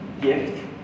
gift